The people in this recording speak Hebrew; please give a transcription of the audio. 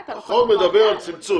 החוק מדבר על צמצום,